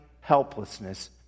helplessness